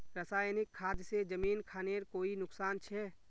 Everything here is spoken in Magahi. रासायनिक खाद से जमीन खानेर कोई नुकसान छे?